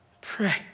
Pray